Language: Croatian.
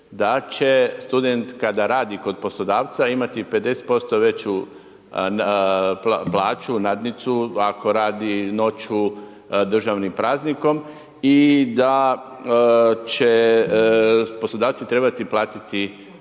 da će student koji radi kod poslodavca imati 50% veću plaću, nadnicu ako radi noću, državnim praznikom i da će poslodavci trebati pratiti